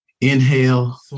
Inhale